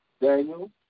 Daniel